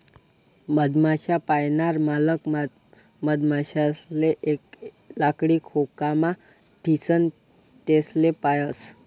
मधमाश्या पायनार मालक मधमाशासले एक लाकडी खोकामा ठीसन तेसले पायस